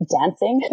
dancing